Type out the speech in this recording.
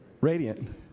Radiant